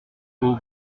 aux